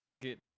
Get